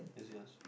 that's yours